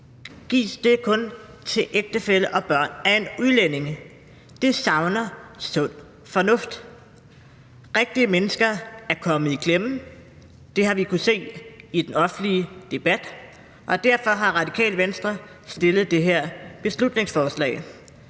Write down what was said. gives den kun til ægtefælle og børn af en udlænding. Det savner sund fornuft. Rigtige mennesker er kommet i klemme. Det har vi kunnet se i den offentlige debat, og derfor har Radikale Venstre fremsat det her beslutningsforslag.